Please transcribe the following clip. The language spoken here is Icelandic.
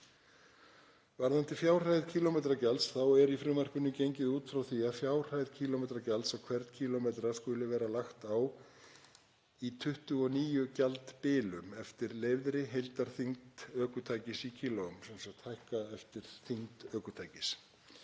Varðandi fjárhæð kílómetragjalds er í frumvarpinu gengið út frá því að fjárhæð kílómetragjalds á hvern kílómetra skuli vera lagt á í 29 gjaldbilum eftir leyfðri heildarþyngd ökutækis í kílóum, sem sagt hækka eftir þyngd ökutækis.